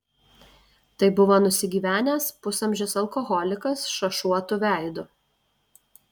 tai buvo nusigyvenęs pusamžis alkoholikas šašuotu veidu